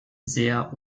sehr